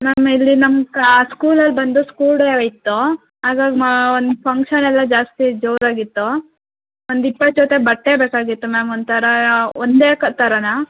ma'am ಇಲ್ಲಿ ನಮ್ಮ ಕಾ ಸ್ಕೂಲಲ್ಲಿ ಬಂದು ಸ್ಕೂಲ್ ಡೇ ಇತ್ತು ಹಾಗಾಗ್ ಒಂದು ಫಂಕ್ಷನ್ನೆಲ್ಲ ಜಾಸ್ತಿ ಜೋರಾಗಿತ್ತು ಒಂದು ಇಪ್ಪತ್ತು ಜೊತೆ ಬಟ್ಟೆ ಬೇಕಾಗಿತ್ತು ಮ್ಯಾಮ್ ಒಂಥರ ಒಂದೇ ಕ ಥರ